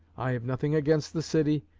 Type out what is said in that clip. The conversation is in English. i have nothing against the city,